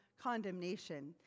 condemnation